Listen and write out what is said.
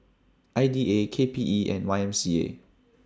I D A K P E and Y M C A